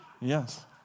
Yes